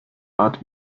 art